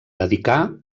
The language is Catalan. dedicar